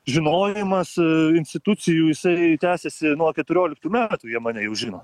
žinojimas institucijų jisai tęsiasi nuo keturioliktų metų jie mane jau žino